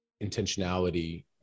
intentionality